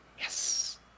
Yes